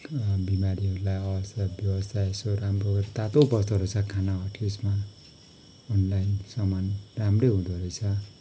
बिमारीहरूलाई अवस्था व्यवस्था यसो राम्रो तातो बस्दोरहेछ खाना हट्केसमा अनलाइन सामान राम्रै हुँदो रहेछ